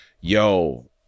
yo